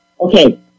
Okay